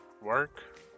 work